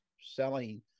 selling